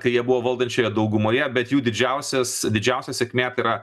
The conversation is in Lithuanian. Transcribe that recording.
kai jie buvo valdančiojoje daugumoje bet jų didžiausias didžiausia sėkmė tai yra